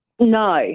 No